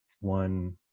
one